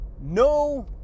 no